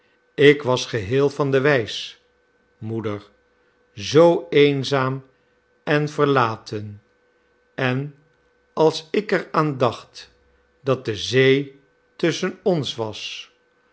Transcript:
ik was geheel van de wijs moeder zoo eenzaam en verlaten en als ik er aan dacht dat de zee tusschen ons was